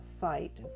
fight